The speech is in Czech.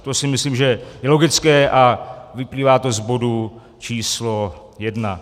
To si myslím, že je logické, a vyplývá to z bodu číslo jedna.